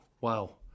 Wow